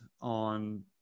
on